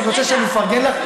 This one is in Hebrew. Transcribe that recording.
את רוצה שנפרגן לך?